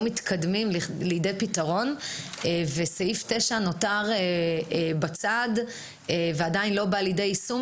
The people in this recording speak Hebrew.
מתקדמים לכדי פתרון וסעיף 9 נותר בצד ועדיין לא בא לידי יישום